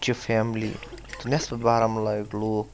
چہَ family تہٕ نیٚصفہِ باہمُلہ ہٕکۍ لُکھ